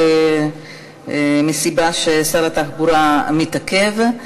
מכיוון ששר התחבורה מתעכב.